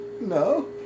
No